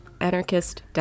anarchist